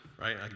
right